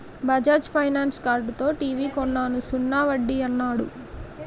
Bajaj Finance కార్డుతో TV కొన్నాను సున్నా వడ్డీ యన్నాడు